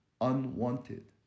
unwanted